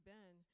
Ben